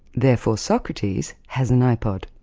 therefore socrates has an ipod.